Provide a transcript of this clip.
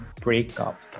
breakup